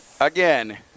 again